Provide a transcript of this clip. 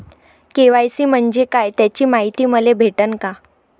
KYC म्हंजे काय याची मायती मले भेटन का?